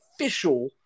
official